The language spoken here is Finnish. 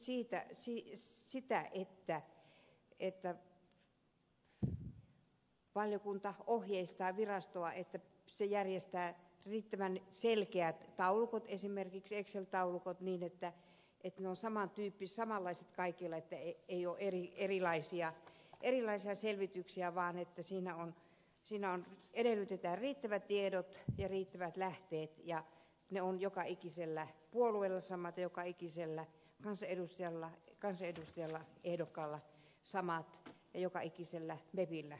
toivon myös että valiokunta ohjeistaa virastoa siinä että se järjestää riittävän selkeät taulukot esimerkiksi excel taulukot niin että ne ovat samanlaiset kaikilla että ei ole erilaisia selvityksiä vaan edellytetään riittävät tiedot ja riittävät lähteet ja niin että ne ovat joka ikisellä puolueella samat ja joka ikisellä kansanedustajalla ehdokkaalla samat ja joka ikisellä mepillä samanlaiset